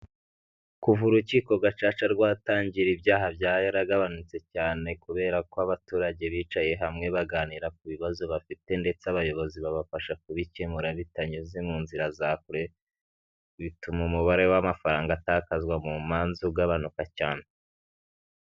Kuva urukiko gacaca rwatangira, ibyaha byaragabanutse cyane, kubera ko abaturage bicaye hamwe baganira ku bibazo bafite, ndetse abayobozi babafasha kubikemura bitanyuze mu nzira kure, bituma umubare w'amafaranga atakazwa mu manza, ugabanuka cyane.